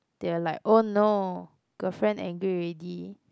they're like oh no girlfriend angry already